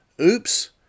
oops